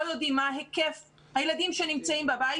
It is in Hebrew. יודעים מה היקף הילדים שנמצאים בבית.